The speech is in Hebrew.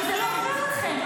אבל זה לא עובר לכם.